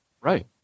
Right